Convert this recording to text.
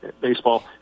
baseball